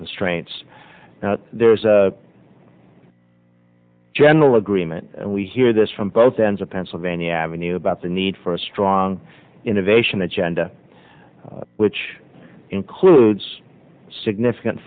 constraints and there's a general agreement we hear this from both ends of pennsylvania avenue about the need for a strong innovation agenda which includes significant